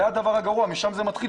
אבל זה הדבר הגרוע ומשם זה מתחיל.